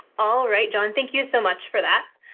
all right, john. thank you so much for that.